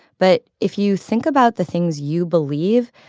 but if you think about the things you believe,